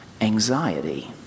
anxiety